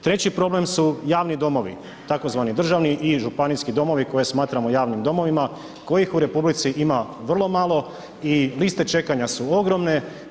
Treći problem su javni domovi tzv. državni i županijski domovi koje smatramo javnim domovima kojih u RH ima vrlo malo i liste čekanja su ogromne.